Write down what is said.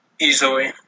easily